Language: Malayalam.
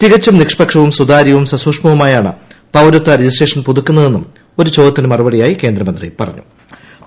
തികച്ചും നിഷ്പക്ഷവും സുതാര്യവും സസൂക്ഷ്മവുമായാണ് പൌരത്വ രജിസ്ട്രേഷൻ പുതുക്കുന്നതെന്നും ഒരു ചോദ്യത്തിന് മറുപടിയായി കേന്ദ്രമന്ത്രി വൃക്തമാക്കി